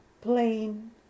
plain